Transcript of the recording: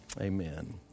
amen